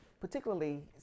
particularly